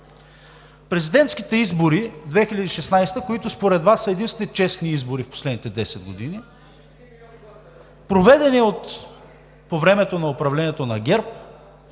Президентските избори през 2016 г., които според Вас са единствените честни избори в последните десет години, проведени по времето на управлението на ГЕРБ,